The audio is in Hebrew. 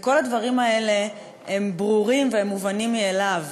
כל הדברים האלה הם ברורים והם מובנים מאליהם.